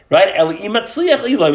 Right